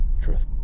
Truth